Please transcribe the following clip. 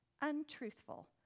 untruthful